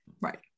right